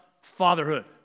fatherhood